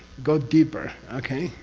go deeper, okay?